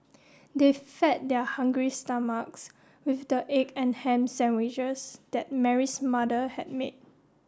they fed their hungry stomachs with the egg and ham sandwiches that Mary's mother had made